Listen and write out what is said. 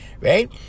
right